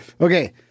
Okay